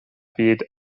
byd